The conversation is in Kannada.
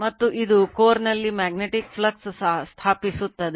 ಮತ್ತು ಇದು ಕೋರ್ ನಲ್ಲಿ ಮ್ಯಾಗ್ನೆಟಿಕ್ ಫ್ಲಕ್ಸ್ ಸ್ಥಾಪಿಸುತ್ತದೆ